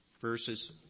verses